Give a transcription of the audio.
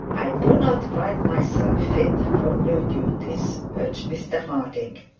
i do not find myself fit for new duties urged mr harding.